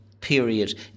period